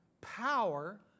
power